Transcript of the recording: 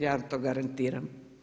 Ja vam to garantiram.